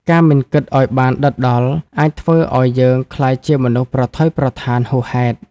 ការមិនគិតឱ្យបានដិតដល់ អាចធ្វើឱ្យយើងក្លាយជាមនុស្សប្រថុយប្រថានហួសហេតុ។